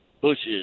bushes